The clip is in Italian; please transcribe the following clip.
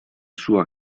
sua